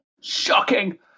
shocking